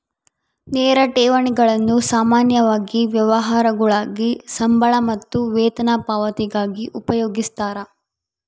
ನೇರ ಠೇವಣಿಗಳನ್ನು ಸಾಮಾನ್ಯವಾಗಿ ವ್ಯವಹಾರಗುಳಾಗ ಸಂಬಳ ಮತ್ತು ವೇತನ ಪಾವತಿಗಾಗಿ ಉಪಯೋಗಿಸ್ತರ